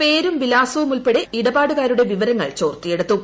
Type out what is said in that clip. പേരും വിലാസവും ഉൾപ്പെടെ ഇടപാടുകാരുടെ വിവരങ്ങൾ ചോർത്തിയെടുത്തു